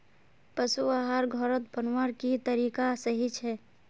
पशु आहार घोरोत बनवार की तरीका सही छे?